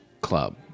Club